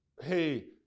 Hey